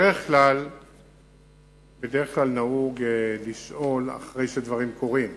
בדרך כלל נהוג לשאול אחרי שדברים קורים,